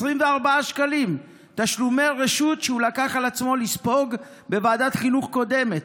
24 שקלים תשלומי רשות שהוא לקח על עצמו לספוג בוועדת חינוך קודמת.